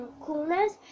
coolness